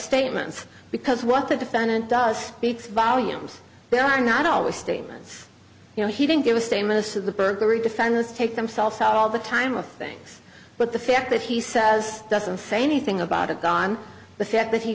statements because what the defendant does speak volumes they are not always statements you know he didn't give a stay most of the burglary defines take themselves out all the time of things but the fact that he says doesn't say anything about it on the fact that he